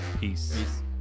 Peace